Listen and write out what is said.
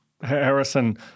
Harrison